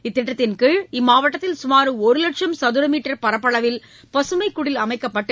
இத்திட்டத்தின் கீழ் இம்மாவட்டத்தில் சுமார் ஒருவட்சம் சதுரமீட்டர் பரப்பளவில் பசுமைக்குடில் அமைக்கப்பட்டு